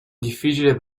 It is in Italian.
difficile